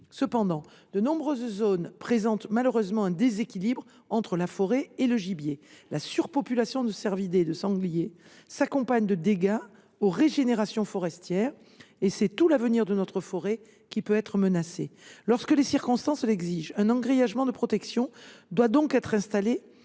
Cependant, de nombreuses zones présentent malheureusement un déséquilibre entre la forêt et le gibier. La surpopulation de cervidés et de sangliers s’accompagne de dégâts infligés aux régénérations forestières. C’est tout l’avenir de la forêt qui peut s’en trouver menacé. Lorsque les circonstances l’exigent, un engrillagement de protection doit donc être installé